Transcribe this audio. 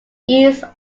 east